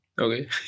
Okay